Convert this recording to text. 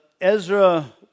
Ezra